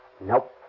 Nope